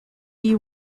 you